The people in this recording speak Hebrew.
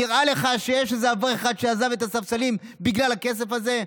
נראה לך שיש איזה אברך אחד שעזב את הספסלים בגלל הכסף הזה?